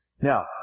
Now